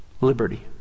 liberty